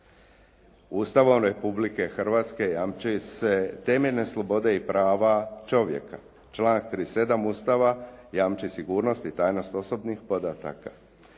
Ustavom Republike Hrvatske jamči se temeljna slobode i prava čovjeka članak 37. Ustava jamči sigurnost i tajnost osobnih podataka.